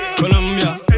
Colombia